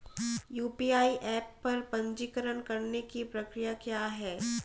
UPI app पर पंजीकरण करने की प्रक्रिया क्या है?